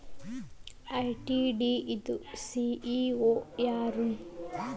ITD ದು CEO ಯಾರು?